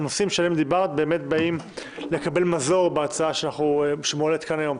הנושאים שעליהם דיברת באים לקבל מזור בהצעה שמועלית פה היום.